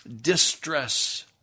distress